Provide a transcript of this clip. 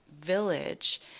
village